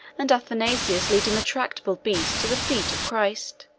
and athanasius leading the tractable beast to the feet of christ.